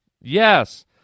Yes